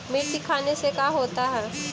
मिर्ची खाने से का होता है?